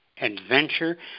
adventure